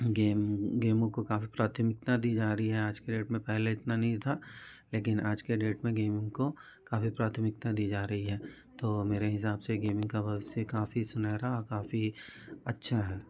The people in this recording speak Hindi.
गेम गेमों को काफ़ी प्राथमिकता दी जा रही हैं आज के डेट में पहले इतना नी था लेकिन आज के डेट में गेमिंग को काफ़ी प्राथमिकता दी जा रही है तो मेरे हिसाब से गेमिंग का भविष्य काफ़ी सुनेहरा और काफ़ी अच्छा है